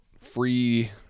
free